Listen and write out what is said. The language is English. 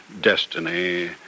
destiny